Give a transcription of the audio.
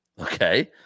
Okay